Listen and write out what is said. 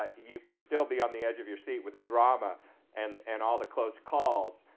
ah you can still be on the edge of your seat with the drama and and all the close calls.